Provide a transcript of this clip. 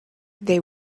they